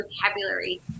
vocabulary